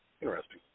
Interesting